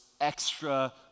extra